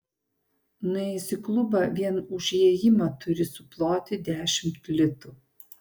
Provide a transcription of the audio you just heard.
nuėjus į klubą vien už įėjimą turi suploti dešimt litų